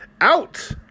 out